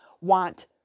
want